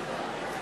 1227